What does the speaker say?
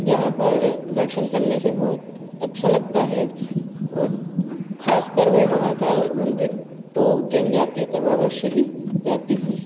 यहाँ पर दर्शन करने से बहुत अच्छा लगता है और ख़ास कर मैं महाकाल मंदिर तो जनजाति तक अवश्य जाती हूँ